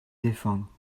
défendre